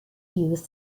use